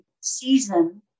season